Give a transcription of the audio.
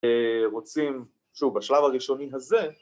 רוצים, שוב, בשלב הראשוני הזה